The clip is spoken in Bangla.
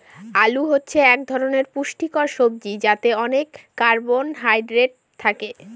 আলু হচ্ছে এক ধরনের পুষ্টিকর সবজি যাতে অনেক কার্বহাইড্রেট থাকে